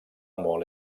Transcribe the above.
molt